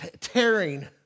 tearing